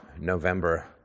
November